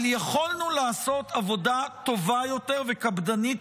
אבל יכולנו לעשות עבודה טובה יותר וקפדנית